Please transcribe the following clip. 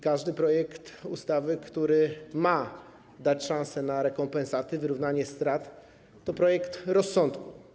Każdy projekt ustawy, który ma dać szansę na rekompensaty, wyrównanie strat, to projekt rozsądny.